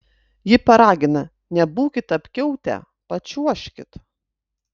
ji paragina nebūkit apkiautę pačiuožkit